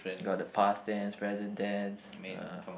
got the past tense present tense uh